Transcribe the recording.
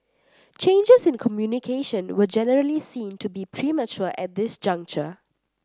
changes in communication were generally seen to be premature at this juncture